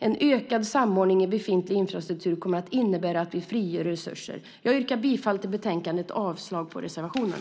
En ökad samordning i befintlig infrastruktur kommer att innebära att vi frigör resurser. Jag yrkar bifall till förslaget i betänkandet och avslag på reservationen.